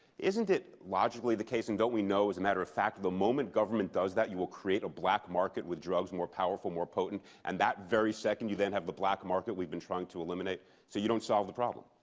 isn't it logically the case, and don't we know, as a matter of fact, the moment government does that, you will create a black market with drugs more powerful, more potent? and that very second you then have the black market we've been trying to eliminate? so you don't solve the problem.